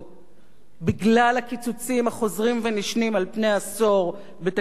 בגלל הקיצוצים החוזרים והנשנים על-פני עשור בתקציב החינוך.